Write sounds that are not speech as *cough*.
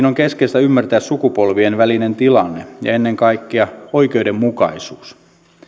*unintelligible* on keskeistä ymmärtää sukupolvien välinen tilanne ja ennen kaikkea oikeudenmukaisuus